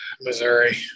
Missouri